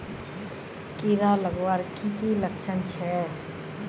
कीड़ा लगवार की की लक्षण छे?